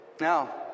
Now